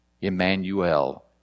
Emmanuel